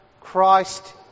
Christ